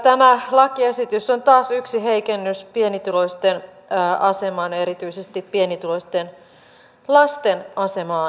tämä lakiesitys on taas yksi heikennys pienituloisten asemaan ja erityisesti pienituloisten lasten asemaan